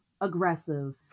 aggressive